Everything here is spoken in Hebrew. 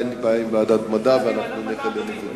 אין לי בעיה עם ועדת המדע, ואנחנו נקדם את זה.